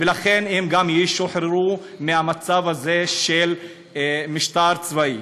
ולכן גם הם ישוחררו מהמצב הזה, של משטר צבאי.